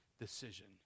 decision